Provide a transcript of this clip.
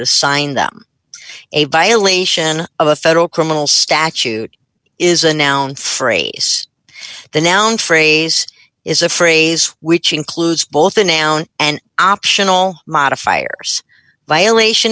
assign them a violation of a federal criminal statute is a noun phrase the noun phrase is a phrase which includes both the noun and optional modifiers violation